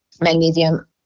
Magnesium